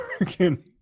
again